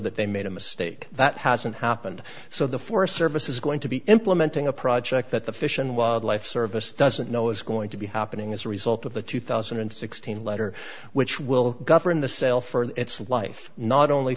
that they made a mistake that hasn't happened so the forest service is going to be implementing a project that the fish and wildlife service doesn't know is going to be happening as a result of the two thousand and sixteen letter which will govern the cell for its life not only